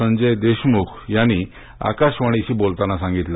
संजय देशमुख यांनी आकाशवाणीशी बोलताना सांगितले